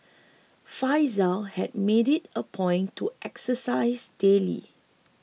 Faizal had made it a point to exercise daily